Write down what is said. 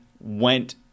went